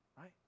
right